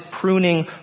pruning